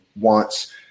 wants